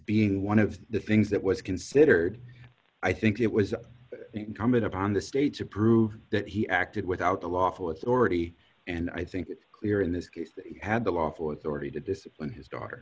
being one of the things that was considered i think it was incumbent upon the state to prove that he acted without a lawful authority and i think it's clear in this case he had the lawful authority to discipline his daughter